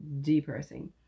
depressing